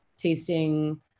tasting